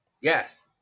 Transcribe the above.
Yes